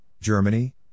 Germany